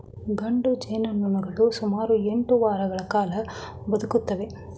ಗಂಡು ಜೇನುನೊಣಗಳು ಸುಮಾರು ಎಂಟು ವಾರಗಳ ಕಾಲ ಬದುಕುತ್ತವೆ